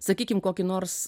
sakykim kokį nors